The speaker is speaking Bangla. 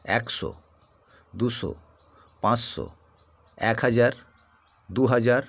একশো দুশো পাঁচশো এক হাজার দু হাজার